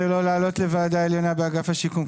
ולא לעלות לוועדה עליונה באגף השיקום,